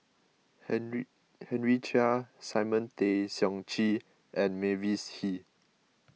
Henry Henry Chia Simon Tay Seong Chee and Mavis Hee